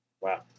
Wow